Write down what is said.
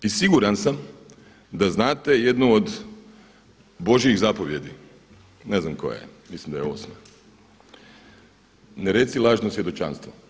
I siguran sam da znate jednu od Božjih zapovijedi, ne znam koja je, mislim da je 8., ne reci lažno svjedočanstvo.